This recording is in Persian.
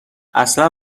اصلا